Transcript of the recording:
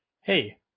Hey